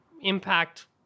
impact